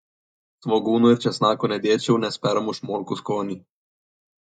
svogūnų ir česnakų nedėčiau nes permuš morkų skonį